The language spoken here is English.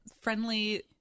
Friendly